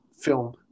film